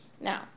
Now